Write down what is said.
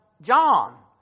John